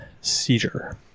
Seizure